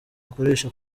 bukoreshe